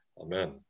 Amen